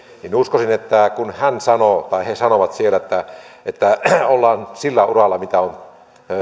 niin uskoisin että kun he sanovat siellä että että ollaan sillä uralla mitä on